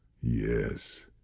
Yes